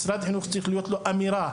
משרד החינוך צריך שתהיה לו דרישה ברורה,